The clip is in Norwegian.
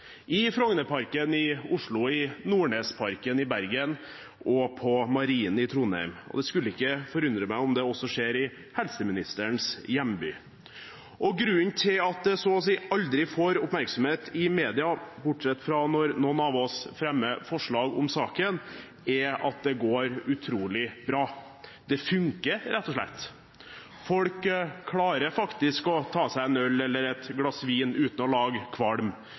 i Frognerparken i Oslo, i Nordnesparken i Bergen og på Marinen i Trondheim, og det skulle ikke forundre meg om det også skjer i helseministerens hjemby. Grunnen til at det så å si aldri får oppmerksomhet i media, bortsett fra når noen av oss fremmer forslag om saken, er at det går utrolig bra. Det funker, rett og slett. Folk klarer faktisk å ta seg en øl eller et glass vin uten å lage kvalm,